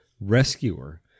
rescuer